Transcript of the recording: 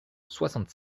soixante